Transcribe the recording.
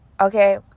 okay